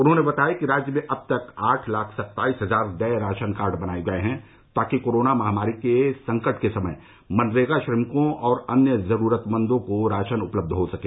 उन्होंने बताया कि राज्य में अब तक आठ लाख सत्ताईस हजार नए राशन कार्ड बनाए गए हैं ताकि कोरोना महामारी के संकट के समय मनरेगा श्रमिकों और अन्य जरूरतमंदों को राशन उपलब्ध हो सके